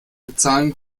bezahlen